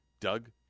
Doug